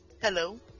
Hello